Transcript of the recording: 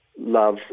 love